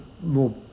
more